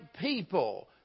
people